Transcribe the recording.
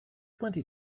plenty